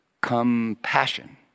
Compassion